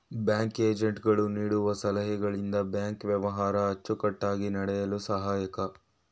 bank agent ಗಳು ನೀಡುವ ಸಲಹೆಗಳಿಂದ ಬ್ಯಾಂಕ್ ವ್ಯವಹಾರ ಅಚ್ಚುಕಟ್ಟಾಗಿ ನಡೆಯಲು ಸಹಾಯಕ